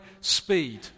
speed